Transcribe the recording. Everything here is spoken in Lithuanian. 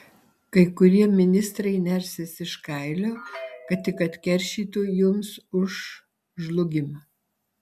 kai kurie ministrai nersis iš kailio kad tik atkeršytų jums už žlugimą